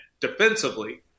defensively